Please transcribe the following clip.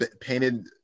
painted